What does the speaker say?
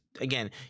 again